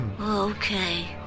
Okay